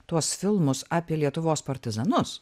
tuos filmus apie lietuvos partizanus